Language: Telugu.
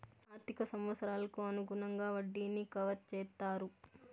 ఆర్థిక సంవత్సరాలకు అనుగుణంగా వడ్డీని కవర్ చేత్తారు